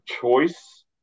choice